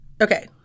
Okay